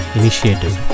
initiative